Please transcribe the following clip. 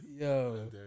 Yo